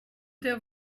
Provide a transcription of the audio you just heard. der